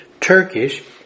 Turkish